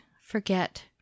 forget